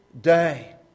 day